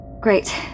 Great